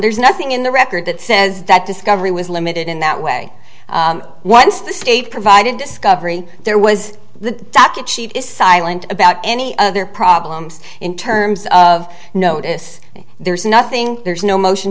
there's nothing in the record that says that discovery was limited in that way once the state provided discovery there was the docket sheet is silent about any other problems in terms of notice there's nothing there's no motion